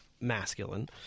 masculine